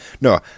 No